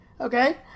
okay